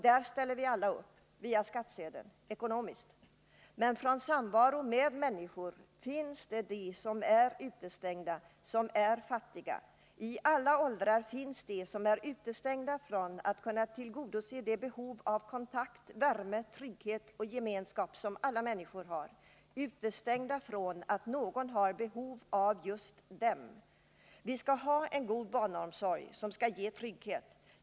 Där ställer vi alla upp, ekonomiskt, via skattsedeln. Men det finns de som är utestängda från samvaron med andra människor. I alla åldrar finns det sådana som är utestängda från möjligheten att tillgodose det behov av kontakt, värme, trygghet och gemenskap som alla människor har. De är utestängda från känslan av att någon har behov av just dem. Vi skall ha en god barnomsorg, som skall ge barnen trygghet.